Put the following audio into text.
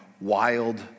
wild